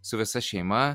su visa šeima